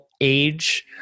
age